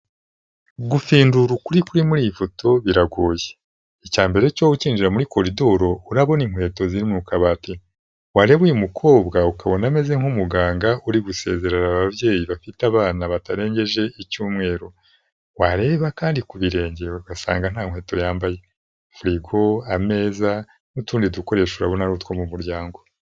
Gufindura ukuri kuri muri iyi foto biragoye. Icya mbere cyo ukinjira muri koridoro urabona inkweto ziri mu kabati. Wareba uyu mukobwa, ukabona ameze nk'umuganga uri gusezerera ababyeyi bafite abana batarengeje icyumweru. Wareba kandi ku birenge, ugasanga nta nkweto yambaye. Firigo, ameza, n'utundi dukoresho urabona ari utwo mu muryango.